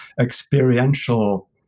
experiential